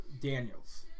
Daniels